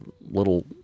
little